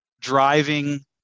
driving